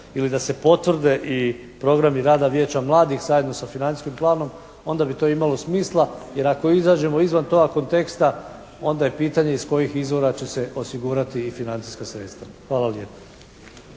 ili da se potvrde i programi rada Vijeća mladih zajedno sa financijskim planom. Onda bi to imalo smisla. Jer ako izađemo izvan toga konteksta onda je pitanje iz kojih izvora će se osigurati i financijska sredstva. Hvala lijepa.